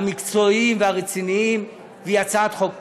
המקצועיים והרציניים, והיא הצעת חוק טובה,